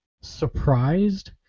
surprised